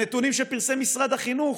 הנתונים שפרסם משרד החינוך,